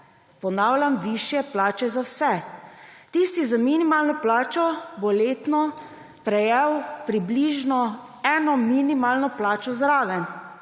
Ponavljam, višje plače za vse. Tisti z minimalno plačo bo letno prejel približno eno minimalno plačo neto zraven.